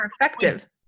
effective